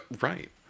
Right